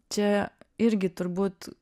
čia irgi turbūt